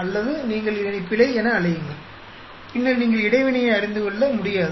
அல்லது நீங்கள் இதனை பிழை என அழையுங்கள் பின்னர் நீங்கள் இடைவினையை அறிந்துகொள்ள முடியாது